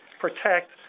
protect